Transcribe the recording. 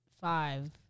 Five